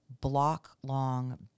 block-long